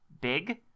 big